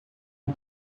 uma